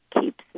keeps